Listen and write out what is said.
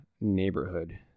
neighborhood